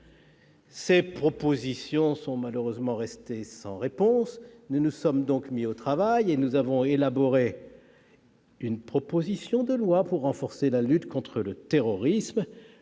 Ces propositions sont malheureusement restées sans réponse. Nous nous sommes donc mis au travail, afin d'élaborer une proposition de loi pour renforcer la lutte contre le terrorisme,